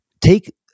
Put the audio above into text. take